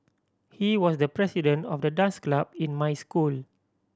he was the president of the dance club in my school